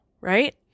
Right